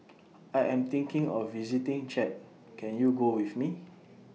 I Am thinking of visiting Chad Can YOU Go with Me